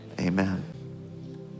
amen